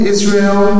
Israel